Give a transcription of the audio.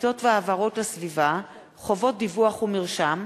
חובת השאלת ספרי לימוד),